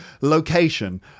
location